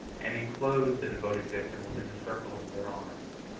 and enclosed the devoted victim within the circle of their arms.